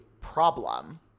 problem